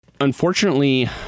Unfortunately